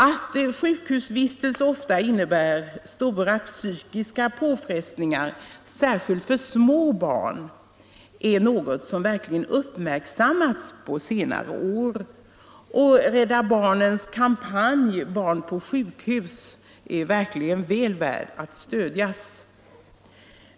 Att sjukhusvistelse ofta innebär stora psykiska påfrestningar, särskilt för små barn, är något som verkligen uppmärksammats under senare år. Rädda barnens kampanj Barn på sjukhus är sannerligen väl värd att stödjas.